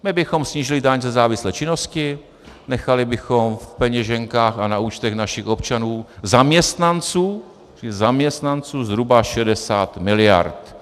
My bychom snížili daň ze závislé činnosti, nechali bychom v peněženkách a na účtech našich občanů, zaměstnanců, zhruba 60 mld.